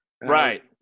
right